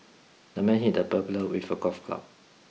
the man hit the burglar with a golf club